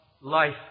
life